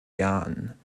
jahren